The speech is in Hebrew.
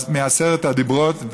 מעשרת הדיברות,